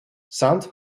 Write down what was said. sant